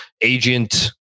agent